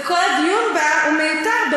וכל הדיון בה הוא מיותר?